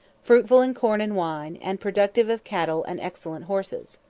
fruitful in corn and wine, and productive of cattle and excellent horses.